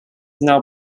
now